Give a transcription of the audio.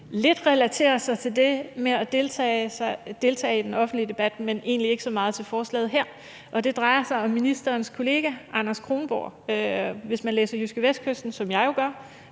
relaterer sig lidt til det med at deltage i den offentlige debat, men egentlig ikke så meget til forslaget her, og det drejer sig om ministerens kollega Anders Kronborg. Hvis man læser JydskeVestkysten, som jeg jo gør,